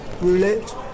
roulette